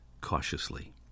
cautiously